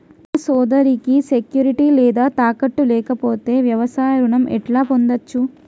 నా సోదరికి సెక్యూరిటీ లేదా తాకట్టు లేకపోతే వ్యవసాయ రుణం ఎట్లా పొందచ్చు?